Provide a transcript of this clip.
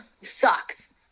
sucks